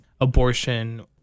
abortion